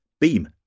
beam